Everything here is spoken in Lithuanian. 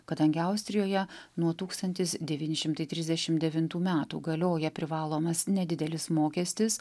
kadangi austrijoje nuo tūkstantis devyni šimtai trisdešim devintų metų galioja privalomas nedidelis mokestis